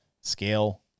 scale